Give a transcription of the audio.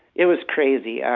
it was crazy. um